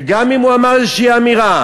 וגם אם הוא אמר איזושהי אמירה,